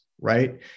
Right